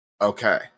Okay